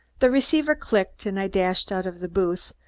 the receiver clicked and i dashed out of the booth,